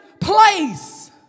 place